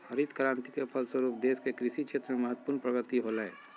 हरित क्रान्ति के फलस्वरूप देश के कृषि क्षेत्र में महत्वपूर्ण प्रगति होलय